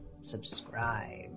subscribe